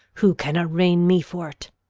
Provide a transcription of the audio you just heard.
who can arraign me for't?